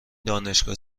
دانشگاه